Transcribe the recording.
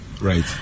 Right